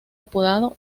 apodado